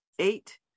eight